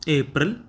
April